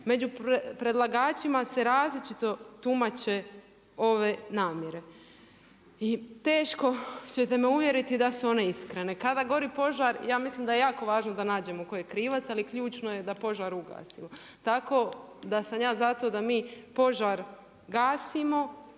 Među predlagačima se različito tumače ove namjere. I teško ćete me uvjeriti da su one iskrene. Kada gori požar, ja mislim da je jako važno nađemo tko je krivac, ali ključno je da požar ugasimo. Tako da sam ja za to da mi požar gasimo,